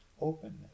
openness